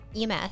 ems